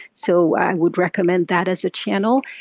so i would recommend that as a channel.